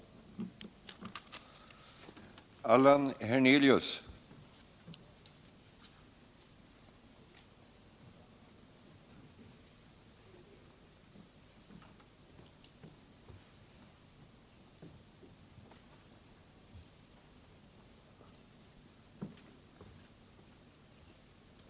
Eva Hjelmström kommer senare i debatten att framställa yrkandena beträffande övriga delar av motionen.